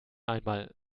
einmal